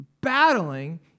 battling